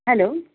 hello